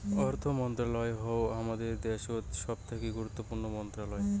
অর্থ মন্ত্রণালয় হউ হামাদের দ্যাশোত সবথাকি গুরুত্বপূর্ণ মন্ত্রণালয়